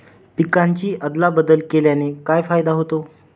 पिकांची अदला बदल केल्याने काय फायदा होतो?